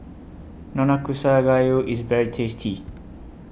Nanakusa Gayu IS very tasty